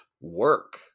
work